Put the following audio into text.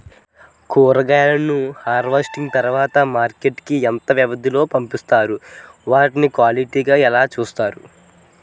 కూరగాయలను హార్వెస్టింగ్ తర్వాత మార్కెట్ కి ఇంత వ్యవది లొ పంపిస్తారు? వాటిని క్వాలిటీ గా ఎలా వుంచుతారు?